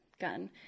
Gun